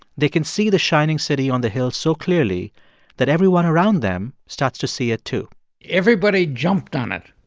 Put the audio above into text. they can see the shining city on the hill so clearly that everyone around them starts to see it, too everybody jumped on it.